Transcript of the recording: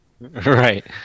Right